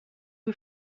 you